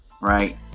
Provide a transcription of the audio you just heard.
right